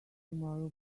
tomorrow